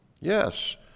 Yes